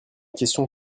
question